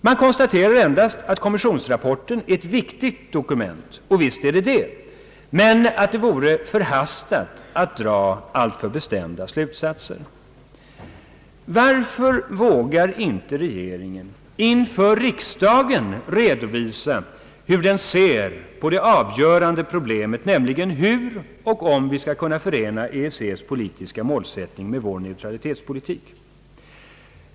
Man konstaterar endast att kommissionsrapporten är ett viktigt dokument — visst är det det — men att det vore förhastat att dra alltför bestämda slutsatser. Varför vågar regeringen inte inför riksdagen redovisa hur den ser på det avgörande problemet, nämligen hur och om vi skall kunna förena EEC:s politiska målsättning med vår neutralitetspolitik?